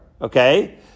okay